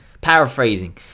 Paraphrasing